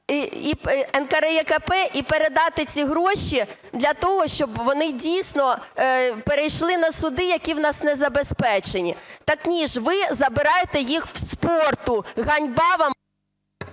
НКРЕКП і передати ці гроші для того, щоб вони дійсно перейшли на суди, які в нас незабезпечені. Так ні, ви забираєте їх у спорту. Ганьба вам!